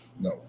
No